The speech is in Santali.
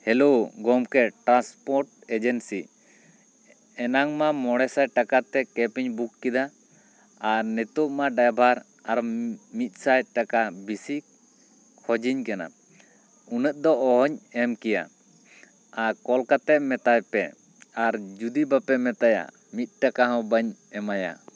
ᱦᱮᱞᱳ ᱜᱚᱢᱠᱮ ᱴᱨᱟᱱᱥᱯᱳᱨᱴ ᱮᱡᱮᱱᱥᱤ ᱮᱱᱟᱝ ᱢᱟ ᱢᱚᱬᱮ ᱥᱟᱭ ᱴᱟᱠᱟ ᱛᱮ ᱠᱮᱯᱷ ᱤᱧ ᱵᱩᱠ ᱠᱮᱫᱟ ᱟᱨ ᱱᱤᱛᱚᱜ ᱢᱟ ᱰᱨᱟᱭᱵᱟᱨ ᱟᱨᱚ ᱢᱤᱫ ᱥᱟᱭ ᱴᱟᱠᱟ ᱵᱤᱥᱤ ᱠᱷᱚᱡᱤᱧ ᱠᱟᱱᱟ ᱩᱱᱟᱜ ᱫᱚ ᱚᱦᱚᱧ ᱮᱢ ᱠᱮᱭᱟ ᱟ ᱠᱚᱞ ᱠᱟᱛᱮ ᱢᱮᱛᱟᱭ ᱯᱮ ᱟᱨ ᱡᱩᱫᱤ ᱵᱟᱯᱮ ᱢᱮᱛᱟᱭᱟ ᱢᱤᱫ ᱴᱟᱠᱟ ᱦᱚᱸ ᱵᱟᱹᱧ ᱮᱢᱟᱭᱟ